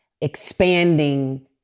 expanding